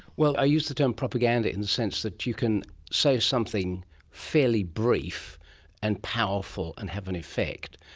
well, i use the term propaganda in the sense that you can say something fairly brief and powerful and have an effect,